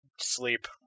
sleep